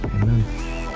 amen